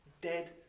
Dead